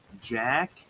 Jack